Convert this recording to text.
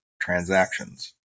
transactions